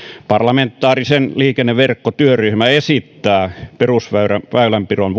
parlamentaarinen liikenneverkkotyöryhmä esittää että perusväylänpidon